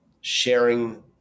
sharing